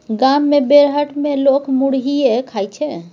गाम मे बेरहट मे लोक मुरहीये खाइ छै